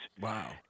wow